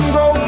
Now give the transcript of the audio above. go